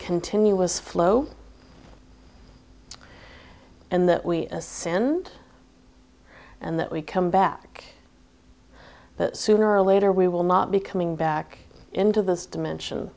continuous flow and that we ascend and that we come back sooner or later we will not be coming back into this dimension